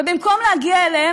אבל במקום להגיע אליהם,